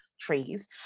trees